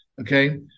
okay